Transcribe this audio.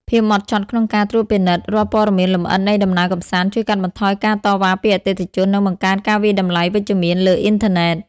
ភាពហ្មត់ចត់ក្នុងការត្រួតពិនិត្យរាល់ព័ត៌មានលម្អិតនៃដំណើរកម្សាន្ត ជួយកាត់បន្ថយការតវ៉ាពីអតិថិជន និងបង្កើនការវាយតម្លៃវិជ្ជមានលើអ៊ីនធឺណិត។